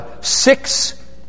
six